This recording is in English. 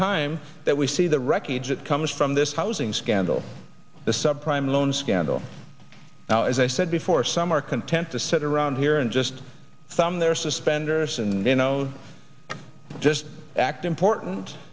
time that we see the wreckage that comes from this housing scandal the sub prime loan scandal now as i said before some are content to sit around here and just some their suspenders and known just act important